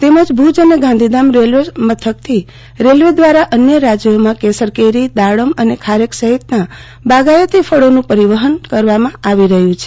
તેમજ ભુજની ગાંધીધામ રેલ્વે મથકથી રેલ્વે દવારા અન્ય રાજયોમાં કેસર કેરી દાડમ અને ખારેક સહિતના બાગાયતી ફળોનું પરિવહન કરવામાં આવો રહયું છે